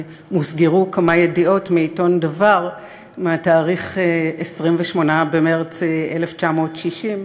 מוסגרו כמה ידיעות מעיתון "דבר" מהתאריך 28 במרס 1960,